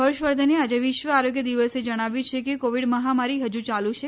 હર્ષવર્ધને આજે વિશ્વ આરોગ્ય દિવસે જણાવ્યું છે કે કોવિડ મહામારી હજુ ચાલુ છે